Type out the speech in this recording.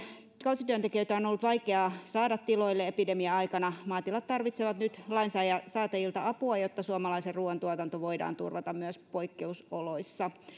kausityöntekijöitä on ollut vaikea saada tiloille epidemia aikana maatilat tarvitsevat nyt lainsäätäjiltä apua jotta suomalaisen ruuan tuotanto voidaan turvata myös poikkeusoloissa